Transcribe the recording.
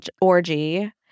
orgy